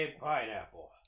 Pineapple